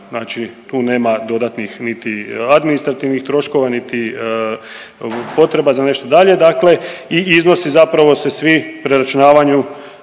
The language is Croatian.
Znači tu nema dodatnih niti administrativnih troškova, niti potreba za nešto dalje dakle i iznosi zapravo se svi preračunavaju,